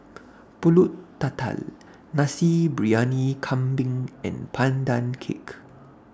Pulut Tatal Nasi Briyani Kambing and Pandan Cake